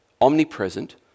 omnipresent